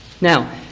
Now